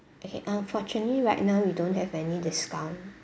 okay unfortunately right now we don't have any discount